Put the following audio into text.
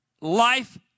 life